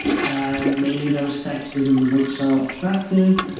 and maybe those texts didn't look so attractive.